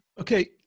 Okay